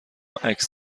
عکس